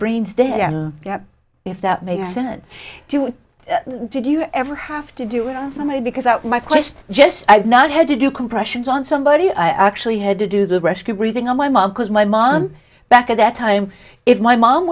brain's day and you know if that makes sense do you did you ever have to do with somebody because out my question just i've not had to do compressions on somebody i actually had to do the rescue breathing on my mom because my mom back at that time if my mom